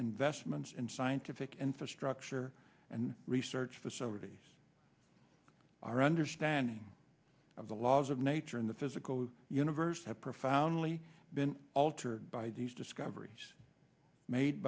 investments in scientific and for structure and research facilities our understanding of the laws of nature in the physical universe have profoundly been altered by these discoveries made